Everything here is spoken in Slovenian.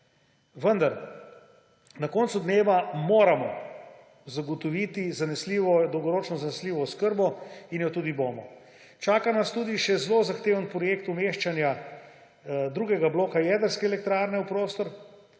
Vendar na koncu dneva moramo zagotoviti dolgoročno zanesljivo oskrbo in jo tudi bomo. Čaka nas tudi še zelo zahteven projekt umeščanja drugega bloka jedrske elektrarne v prostor.